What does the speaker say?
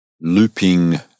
Looping